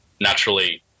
naturally